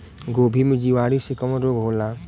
गोभी में जीवाणु से कवन रोग होला?